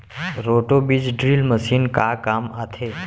Roto बीज drill machine का काम आथे?